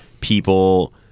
people